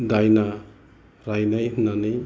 दायना रायनाय होननानै